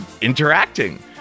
interacting